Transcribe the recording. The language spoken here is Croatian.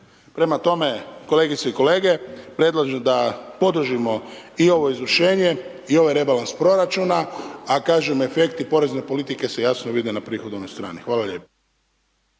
Prema tome, kolegice i kolege, predlažem da podržimo i ovo izvršenje i ovaj rebalans proračuna a kažem, efekti porezne politike se jasno vide na prihodovnoj strani. Hvala lijepo.